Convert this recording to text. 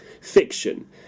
fiction